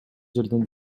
жерден